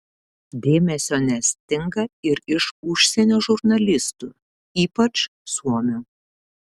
dėmesio nestinga ir iš užsienio žurnalistų ypač suomių